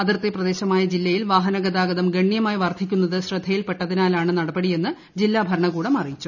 അതിർത്തി പ്രദേശമായ ജില്ലയിൽ വാഹനഗതാഗതം ഗണ്യമായി വർദ്ധിക്കുന്നത് ശ്രദ്ധയിൽപ്പെട്ടതിനാലാണ് നടപടിയെന്ന ജില്ലാ ഭരണകൂടം അറിയിച്ചു